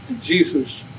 Jesus